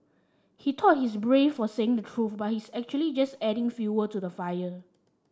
he thought he's brave for saying the truth but he's actually just adding fuel to the fire